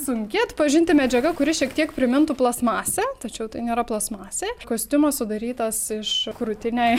sunki atpažinti medžiaga kuri šiek tiek primintų plastmasę tačiau tai nėra plastmasė kostiumas sudarytas iš krūtinei